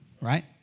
Right